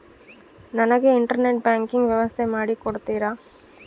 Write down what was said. ನನಗೆ internet banking ವ್ಯವಸ್ಥೆ ಮಾಡಿ ಕೊಡ್ತೇರಾ?